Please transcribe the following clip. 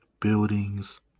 buildings